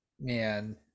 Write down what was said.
Man